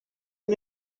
iyo